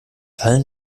allen